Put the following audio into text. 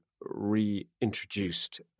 reintroduced